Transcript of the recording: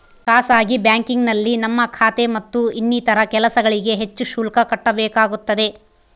ಖಾಸಗಿ ಬ್ಯಾಂಕಿಂಗ್ನಲ್ಲಿ ನಮ್ಮ ಖಾತೆ ಮತ್ತು ಇನ್ನಿತರ ಕೆಲಸಗಳಿಗೆ ಹೆಚ್ಚು ಶುಲ್ಕ ಕಟ್ಟಬೇಕಾಗುತ್ತದೆ